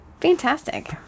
Fantastic